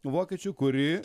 vokiečių kuri